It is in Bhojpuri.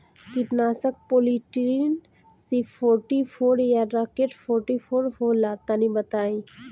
कीटनाशक पॉलीट्रिन सी फोर्टीफ़ोर या राकेट फोर्टीफोर होला तनि बताई?